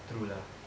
true lah